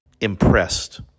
impressed